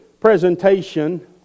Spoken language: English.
presentation